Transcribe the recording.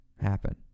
happen